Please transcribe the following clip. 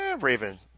Raven